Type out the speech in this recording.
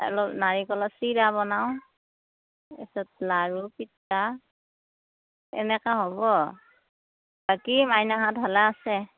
অলপ নাৰিকলৰ চিৰা বনাওঁ তাৰপিছত লাৰু পিঠা এনেকা হ'ব বাকী মাইনাহঁত ভালে আছে